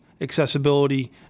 accessibility